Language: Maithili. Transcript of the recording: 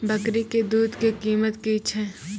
बकरी के दूध के कीमत की छै?